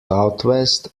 southwest